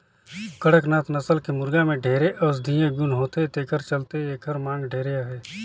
कड़कनाथ नसल के मुरगा में ढेरे औसधीय गुन होथे तेखर चलते एखर मांग ढेरे अहे